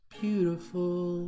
beautiful